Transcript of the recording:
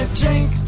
drink